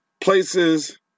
places